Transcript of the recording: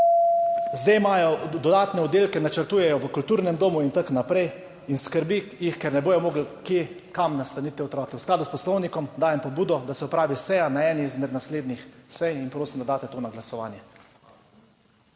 Zdaj dodatne oddelke načrtujejo v kulturnem domu in tako naprej in skrbi jih, ker ne bodo mogli kam nastaniti teh otrok. V skladu s poslovnikom dajem pobudo, da se opravi razprava na eni izmed naslednjih sej, in prosim, da daste to na glasovanje.